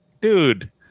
Dude